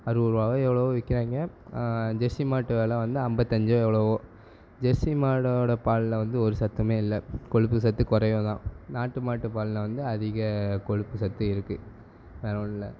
அறுபது ரூவாவோ எவ்வளோவோ விற்கிறாங்க ஜெர்சி மாட்டு வில வந்து ஐம்பத்தி அஞ்சோ எவ்வளவோ ஜெர்சி மாடோட பாலில் வந்து ஒரு சத்துமே இல்லை கொலுப்பு சத்து குறைவு தான் நாட்டு மாட்டு பாலில் வந்து அதிக கொலுப்பு சத்து இருக்கு வேறு ஒன்றும் இல்லை